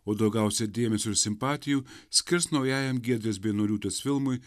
o daugiausiai dėmesio ir simpatijų skirs naujajam giedrės beinoriūtės filmui